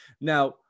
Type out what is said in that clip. Now